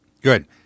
Good